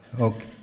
Okay